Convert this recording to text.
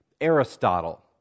Aristotle